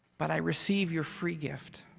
but i receive your free gift